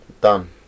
Done